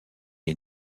est